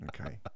Okay